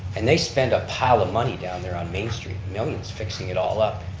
and they spend a pile of money down there on main street, millions fixing it all up,